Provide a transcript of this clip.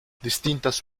distintas